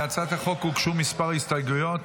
להצעת החוק הוגשו כמה הסתייגויות: